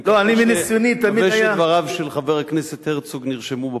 אני מקווה שדבריו של חבר הכנסת הרצוג נרשמו בפרוטוקול.